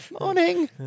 Morning